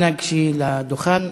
אנא גשי לדוכן.